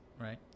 right